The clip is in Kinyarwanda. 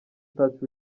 touch